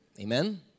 Amen